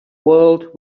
world